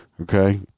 okay